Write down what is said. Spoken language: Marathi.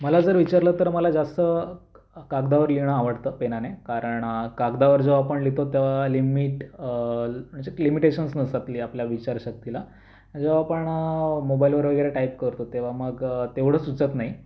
मला जर विचारलं तर मला जास्त कागदावर लिहीणं आवडतं पेनाने कारण कागदावर जेव्हा आपण लिहितो तेव्हा लिमीट म्हणजे लिमिटेशन्स नसतात काही आपल्या विचार शक्तीला जेव्हा आपण मोबाईलवर वगैरे टाइप करतो तेव्हा मग तेवढं सुचत नाही